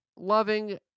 loving